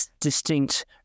distinct